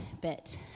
bit